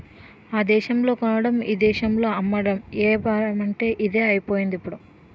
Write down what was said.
ఆ దేశంలో కొనడం ఇక్కడకు తెచ్చి అమ్మడం ఏపారమంటే ఇదే అయిపోయిందిప్పుడు